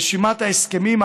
רשימת ההסכמים,